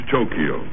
Tokyo